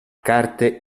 carte